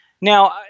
Now